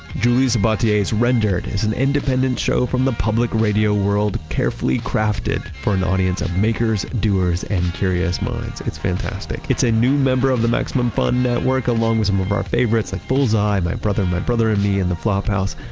julie sabatier's rendered is an independent show from the public radio world carefully crafted for an audience of makers, doers, and curious minds. it's fantastic. it's a new member of the maximum fun network along with some of our favorites, like bullseye, my brother, my brother and me' and the flop house.